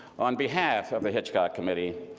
on behalf of the hitchcock committee,